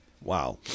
wow